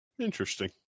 Interesting